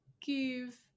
give